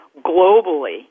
globally